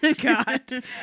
god